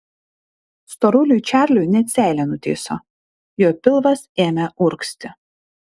storuliui čarliui net seilė nutįso jo pilvas ėmė urgzti